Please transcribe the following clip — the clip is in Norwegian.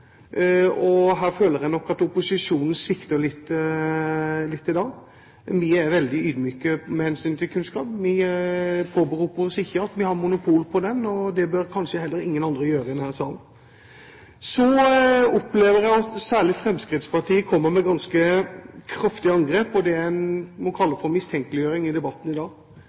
Her føler jeg nok at opposisjonen svikter litt i dag. Vi er veldig ydmyke med hensyn til kunnskap. Vi påberoper oss ikke å ha monopol på den. Det bør kanskje heller ingen andre i denne salen gjøre. Så opplever jeg at særlig Fremskrittspartiet kommer med ganske kraftige angrep og det en må kalle for mistenkeliggjøring i debatten i dag